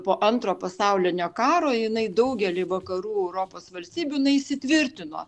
po antro pasaulinio karo jinai daugely vakarų europos valstybių inai įsitvirtino